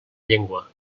llengua